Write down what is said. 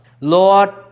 Lord